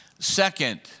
Second